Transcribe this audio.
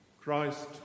Christ